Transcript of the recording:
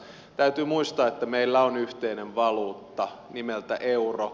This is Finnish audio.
täytyy muistaa että meillä on yhteinen valuutta nimeltä euro